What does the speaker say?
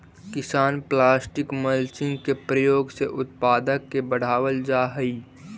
किसान plastic mulching के प्रयोग से उत्पादक के बढ़ावल जा हई